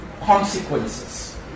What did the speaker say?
consequences